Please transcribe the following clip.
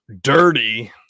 dirty